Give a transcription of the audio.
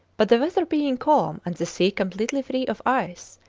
but the weather being calm and the sea completely free of ice,